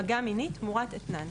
מגע מיני תמורת אתנן,